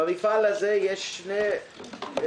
במפעל הזה קרו שני דברים: